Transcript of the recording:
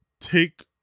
take